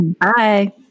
Bye